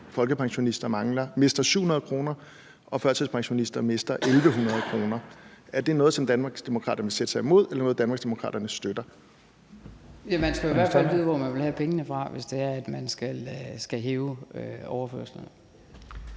folkepensionister mister 700 kr. og førtidspensionister mister 1.100 kr.? Er det noget, som Danmarksdemokraterne vil sætte sig imod, eller noget, Danmarksdemokraterne støtter? Kl. 14:42 Første næstformand (Leif Lahn Jensen): Fru Inger Støjberg.